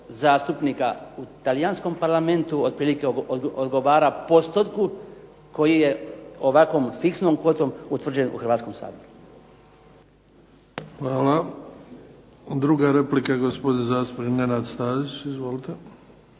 zastupnika u talijanskom Parlamentu otprilike odgovara postotku koji je ovakvom fiksnom kvotom utvrđen u Hrvatskom saboru. **Bebić, Luka (HDZ)** Hvala. Druga replika, gospodin zastupnik Nenad Stazić. Izvolite.